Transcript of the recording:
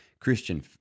Christian